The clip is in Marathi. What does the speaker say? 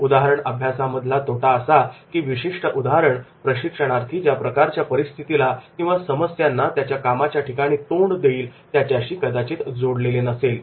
उदाहरणअभ्यासा मधला तोटा असा की ते विशिष्ट उदाहरण प्रशिक्षणार्थी ज्या प्रकारच्या परिस्थितीला किंवा समस्यांना त्याच्या कामाच्या ठिकाणी तोंड देईल त्याच्याशी कदाचित जोडलेले नसेल